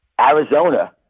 Arizona